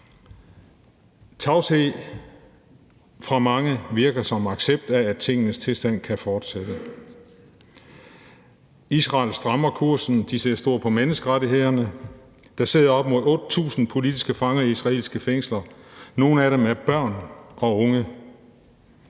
Tavshed fra mange virker som accept af, at tingenes tilstand kan fortsætte. Israel strammer kursen. De ser stort på menneskerettighederne. Der sidder op mod 8.000 politiske fanger i israelske fængsler, og nogle af dem er børn og unge.